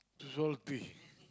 it's all twist